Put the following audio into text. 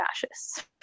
fascists